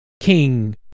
king